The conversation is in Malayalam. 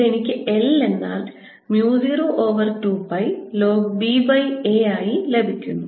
ഇതെനിക്ക് L എന്നാൽ mu 0 over 2 pi log ba ആയി ലഭിക്കുന്നു